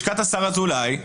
לשכת השר אזולאי,